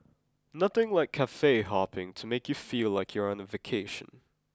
nothing like Cafe Hopping to make you feel like you're on a vacation